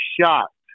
shocked